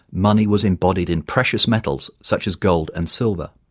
money was embodied in precious metals such as gold and silver.